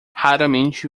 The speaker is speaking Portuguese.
raramente